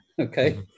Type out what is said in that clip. Okay